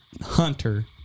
hunter